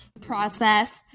process